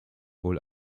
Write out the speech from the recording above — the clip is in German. wohl